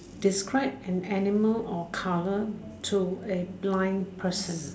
describe an animal or colour to a blind person